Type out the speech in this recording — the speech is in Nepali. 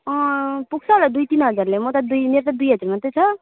अँ पुग्छ होला दुई तिन हजारले म त दुई मेरो त दुई हजार मात्रै छ